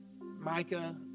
Micah